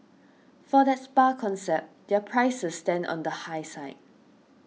for that spa concept their prices stand on the high side